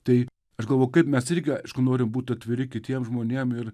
tai aš galvoju kaip mes irgi aišku norim būt atviri kitiem žmonėm ir